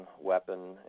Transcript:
weapon